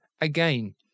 again